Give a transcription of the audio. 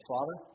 Father